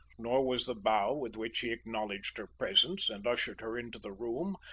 nor was the bow with which he acknowledged her presence and ushered her into the room,